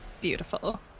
Beautiful